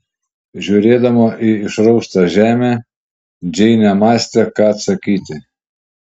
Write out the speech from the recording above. žiūrėdama į išraustą žemę džeinė mąstė ką atsakyti